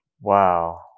Wow